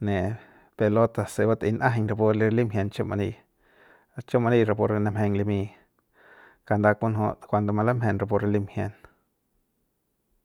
ne'e pelota se batei n'ajein rupu limjien chumani chumani namjeng limi kanda konju rupu kuando manamjen limjien.